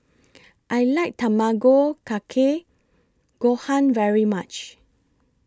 I like Tamago Kake Gohan very much